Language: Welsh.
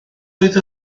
oedd